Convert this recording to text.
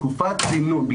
תקופת צינון או איפוס,